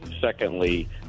Secondly